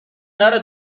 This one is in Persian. نره